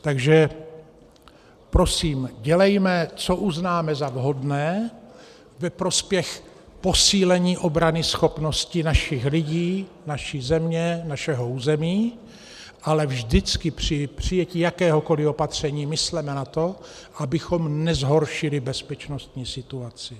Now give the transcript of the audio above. Takže prosím, dělejme, co uznáme za vhodné ve prospěch posílení obranyschopnosti našich lidí, naší země, našeho území, ale vždycky při přijetí jakéhokoli opatření mysleme na to, abychom nezhoršili bezpečnostní situaci.